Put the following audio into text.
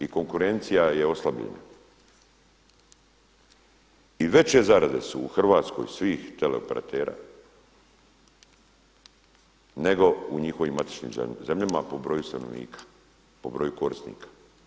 I konkurencija je oslabljena i veće zarade su u Hrvatskoj svih teleoperatera nego u njegovim matičnim zemljama po borju stanovnika, po broju korisnika.